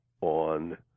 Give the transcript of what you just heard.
on